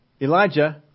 Elijah